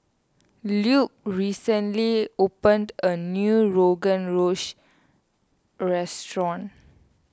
Lupe recently opened a new Rogan Josh restaurant